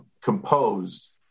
composed